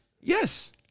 Yes